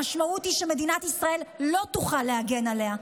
המשמעות היא שמדינת ישראל לא תוכל להגן עליה.